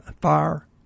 fire